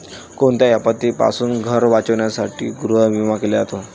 कोणत्याही आपत्तीपासून घर वाचवण्यासाठी गृहविमा केला जातो